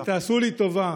ותעשו לי טובה,